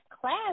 class